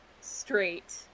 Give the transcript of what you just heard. straight